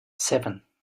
seven